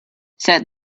said